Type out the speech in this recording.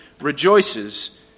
rejoices